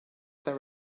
there